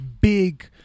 big